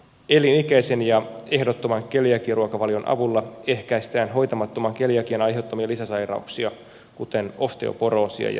elinikäisen ja ehdottoman keliakiaruokavalion avulla ehkäistään hoitamattoman keliakian aiheuttamia lisäsairauksia kuten osteoporoosia ja hedelmättömyyttä